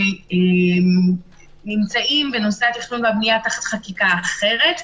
אנו נמצאים בנושא התכנון והבנייה תחת חקיקה אחרת.